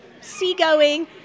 seagoing